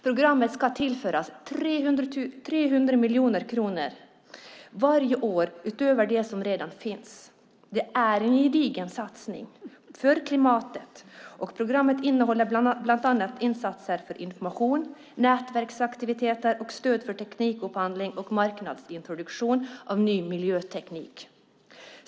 Programmet ska tillföras 300 miljoner kronor varje år utöver det som redan finns. Det är en gedigen satsning för klimatet. Programmet innehåller bland annat insatser för information, nätverksaktiviteter och stöd för teknikupphandling och marknadsintroduktion av ny miljöteknik.